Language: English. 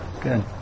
good